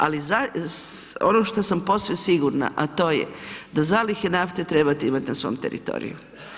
Ali on što sam posve sigurna a to je da zalihe nafte trebate imati na svom teritoriju.